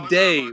day